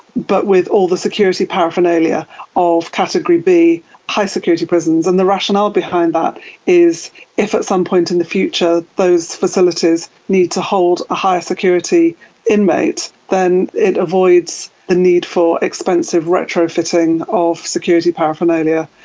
but with all the security paraphernalia of category b high security prisons, and the rationale behind that is if at some point in the future those facilities need to hold a higher security inmate, then it avoids the need for expensive retrofitting of security paraphernalia.